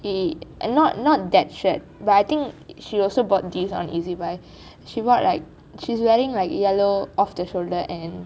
a and not not that shirt but I think she also bought this on ezbuy she bought like she's wearing like a yellow off the shoulder and